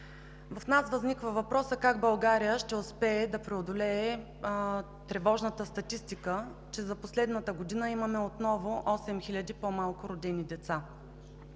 В нас възниква въпросът как България ще успее да преодолее тревожната статистика, че за последната година имаме отново 8 хиляди по-малко родени деца?